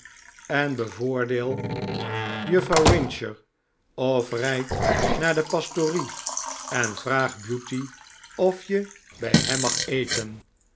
en bevoordeel juffrouw rincer of rijd naar de pastorie en vraag buty of je bij hem mag eten